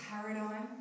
paradigm